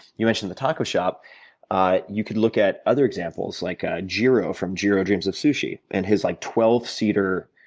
you mentioned the taco shop you could look at other examples like ah jiro from jiro dreams of sushi and his like twelve seater,